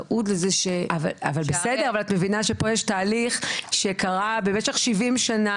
אבל את מבינה שפה יש תהליך שקרה במשך 70 שנה.